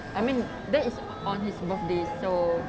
I mean that is on his birthday so